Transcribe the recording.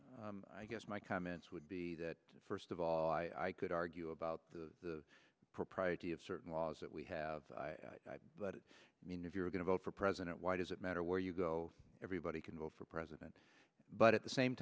i guess my comments would be that first of all i could argue about the propriety of certain laws that we have but i mean if you're going to vote for president why does it matter where you go everybody can vote for president but at the same